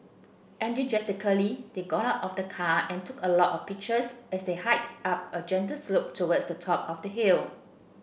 enthusiastically they got out of the car and took a lot of pictures as they hiked up a gentle slope towards the top of the hill